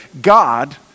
God